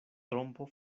trompo